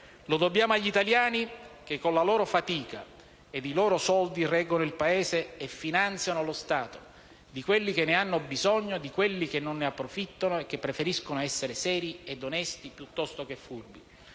lo dobbiamo agli italiani che, con la loro fatica ed i loro soldi, reggono il Paese e finanziano lo Stato; lo dobbiamo a coloro che ne hanno bisogno, a coloro che non ne approfittano e preferiscono essere seri ed onesti piuttosto che furbi.